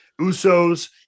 Usos